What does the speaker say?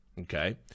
okay